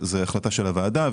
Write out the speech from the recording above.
זאת החלטה של הוועדה,